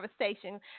conversation